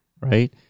Right